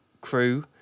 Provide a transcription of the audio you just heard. crew